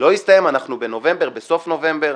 לא הסתיים, אנחנו בסוף נובמבר,